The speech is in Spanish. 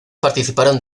participaron